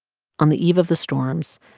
on the eve of the storms,